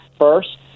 first